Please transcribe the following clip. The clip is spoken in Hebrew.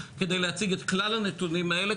כדי להציג את כלל הנתונים האלה,